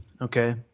Okay